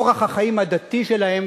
אורח החיים הדתי שלהם,